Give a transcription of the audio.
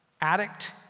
Addict